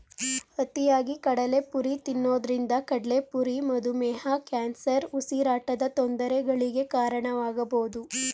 ಅತಿಯಾಗಿ ಕಡಲೆಪುರಿ ತಿನ್ನೋದ್ರಿಂದ ಕಡ್ಲೆಪುರಿ ಮಧುಮೇಹ, ಕ್ಯಾನ್ಸರ್, ಉಸಿರಾಟದ ತೊಂದರೆಗಳಿಗೆ ಕಾರಣವಾಗಬೋದು